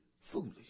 foolish